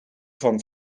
van